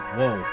Whoa